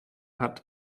hat